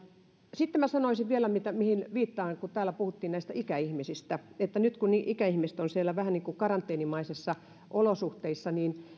sitten sanoisin vielä viittaan siihen kun täällä puhuttiin ikäihmisistä että nyt kun ikäihmiset ovat siellä vähän niin kuin karanteenimaisissa olosuhteissa niin